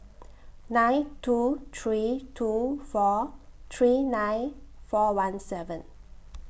nine two three two four three nine four one seven